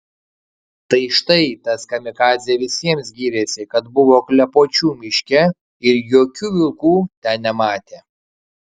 tai štai tas kamikadzė visiems gyrėsi kad buvo klepočių miške ir jokių vilkų ten nematė